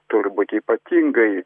turi būti ypatingai